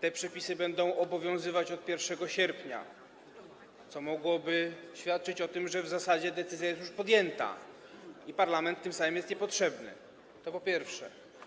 te przepisy będą obowiązywać od 1 sierpnia, co mogłoby świadczyć o tym, że w zasadzie decyzja jest już podjęta i parlament tym samym jest niepotrzebny, to po pierwsze.